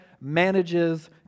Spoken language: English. manages